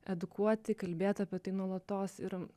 edukuoti kalbėt apie tai nuolatos ir